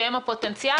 שהם הפוטנציאל,